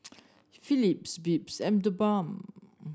Philips Beats and TheBalm